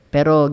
Pero